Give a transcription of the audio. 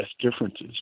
differences